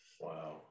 wow